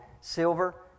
silver